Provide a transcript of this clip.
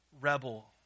rebel